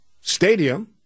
stadium